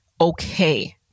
okay